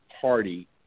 Party